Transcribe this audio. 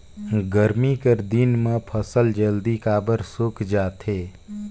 गरमी कर दिन म फसल जल्दी काबर सूख जाथे?